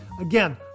Again